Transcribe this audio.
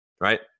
right